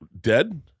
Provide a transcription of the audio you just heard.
dead